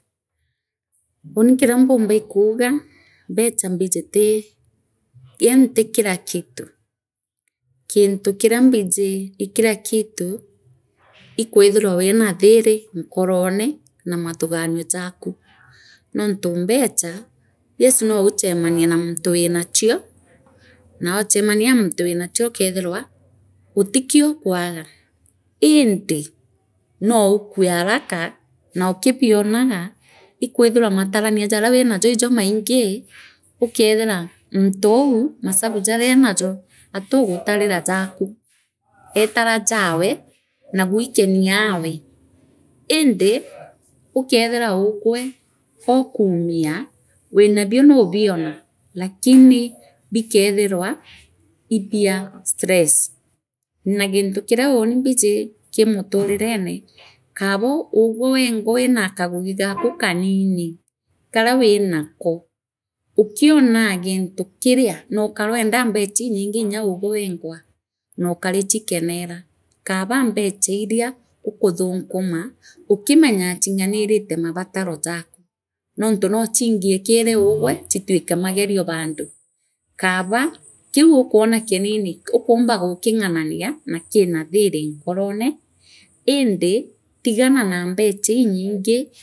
Lilini kiria mbumba iikuuga mbecha mbija tii yaani tikila kitu kintui kiria mbiji ii kila kitu ii kwithirwa wira thiiri nkoprone naa munthi winachio nouchemia naa muthi winacho ukethiirwa utikio ukwaaga indi noslikue haraka naukibioraga ilawithirawa matarania jania winajo iijo mairgi ukethira munthiliu mosaba janierajo atiligutarira jaku eetara jawe nao gwikenio awe indi ukethira ligwe gookumia wi nabio nuubiora lakini bikeethirwa ibia stress naginti kiria lunim. biji kii mutunirene kaabo ugwe wengwa wina uuni mbiji kii mutukurireno kaabo ugwe wengwa wira kagogi gaaku kaanini karia winako ukoraa gintu kiria nookaroende mbecha inyingi nya ugwe wengwe nookarichikerereera kaaba mbecha iria ukuthunkuma ukimenyaa chinganirite mabataro jaaku noonthi noochingie kiri ugwe chitwike mageni bando kaaba kiu ukwona kiinii ukumba gukinganinia kira thiri nkorone indi tigana na mbecha inyingi.